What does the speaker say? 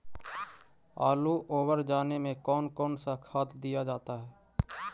आलू ओवर जाने में कौन कौन सा खाद दिया जाता है?